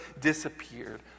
disappeared